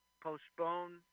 postpone